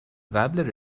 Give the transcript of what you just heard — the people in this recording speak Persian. قبل